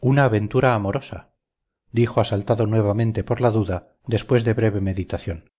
una aventura amorosa dijo asaltado nuevamente por la duda después de breve meditación